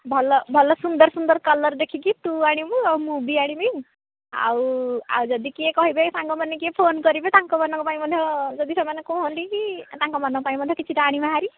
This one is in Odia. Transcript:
ଭଲ ଭଲ ସୁନ୍ଦର ସୁନ୍ଦର କଲର୍ ଦେଖିକି ତୁ ଆଣିବୁ ଆଉ ମୁଁ ବି ଆଣିବି ଆଉ ଆଉ ଯଦି କିଏ କହିବେ ସାଙ୍ଗମାନେ କିଏ ଫୋନ କରିବେ ତାଙ୍କମାନଙ୍କ ପାଇଁ ମଧ୍ୟ ଯଦି ସେମାନେ କୁହନ୍ତି କି ତାଙ୍କମାନଙ୍କ ପାଇଁ ମଧ୍ୟ କିଛିଟା ଆଣିବା ହେରି